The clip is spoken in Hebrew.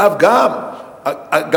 אגב, גם